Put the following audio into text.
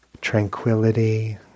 tranquility